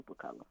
Supercolor